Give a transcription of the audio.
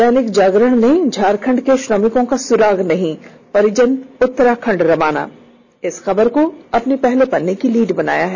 दैनिक जागरण ने झारखंड के श्रमिकों का सुराग नहीं परिजन उत्तराखंड रवाना खबर को पहले पत्रे की लीड बनाया है